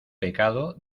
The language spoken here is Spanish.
pecado